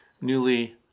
newly